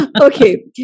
Okay